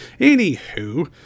anywho